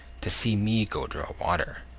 to see me go draw water.